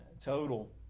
total